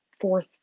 fourth